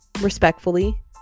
respectfully